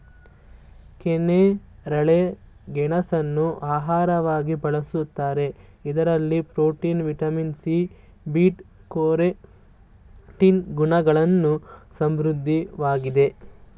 ಕೆನ್ನೇರಳೆ ಗೆಣಸನ್ನು ಆಹಾರವಾಗಿ ಬಳ್ಸತ್ತರೆ ಇದರಲ್ಲಿ protein, vitamin C, beta carotene ಗುಣಗಳು ಸಮೃದ್ಧವಾಗಿದೆ